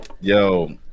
Yo